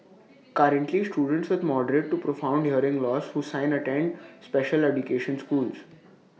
currently students with moderate to profound hearing loss who sign attend special education schools